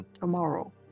tomorrow